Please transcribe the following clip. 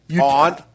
On